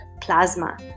plasma